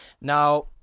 now